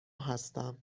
هستم